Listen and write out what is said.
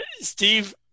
Steve